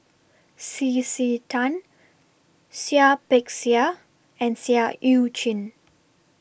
C C Tan Seah Peck Seah and Seah EU Chin